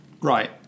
Right